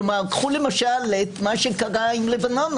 כלומר, קחו למשל את מה שקרה עם לבנון.